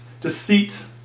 deceit